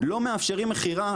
לא מאפשרים מכירה,